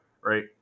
right